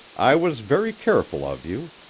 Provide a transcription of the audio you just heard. i was very careful of you.